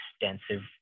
extensive